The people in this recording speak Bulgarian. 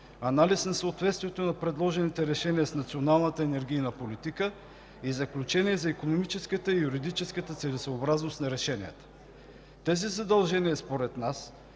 анализ на съответствията в предложените решения с Националната енергийна политика и заключения за икономическата и юридическата целесъобразност на решението. Тези задължения според нас